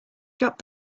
drop